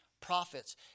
prophets